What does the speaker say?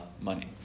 money